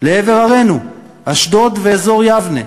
לעבר ערינו, אשדוד ואזור יבנה,